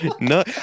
no